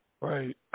Right